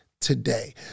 today